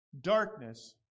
Darkness